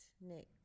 Nick